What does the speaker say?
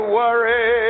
worry